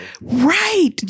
Right